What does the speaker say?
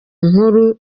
nkuru